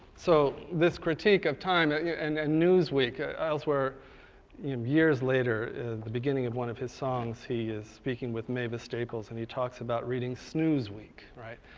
so, this critique of time but yeah and ah newsweek, elsewhere years later, in the beginning of one of his songs, he is speaking with mavis staples and he talks about reading snoozeweek, right.